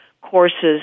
courses